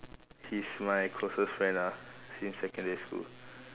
he's my closest friend ah since secondary school